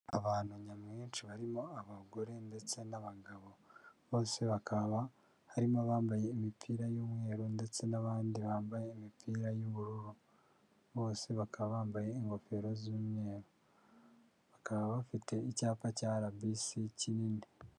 Abantu nyamwinshi barimo abagore ndetse n'abagabo, bose bakaba harimo abambaye imipira y'umweru ndetse n'abandi bambaye imipira y'ubururu, bose bakaba bambaye ingofero z'umweru, bakaba bafite icyapa cya RBC kinini.